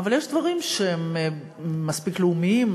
אבל יש דברים שהם מספיק לאומיים,